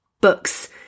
Books